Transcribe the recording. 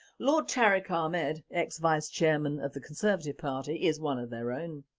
lord tariq ahmad ex vice chairman of the conservative party is one of their own.